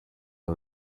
iri